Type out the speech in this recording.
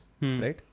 right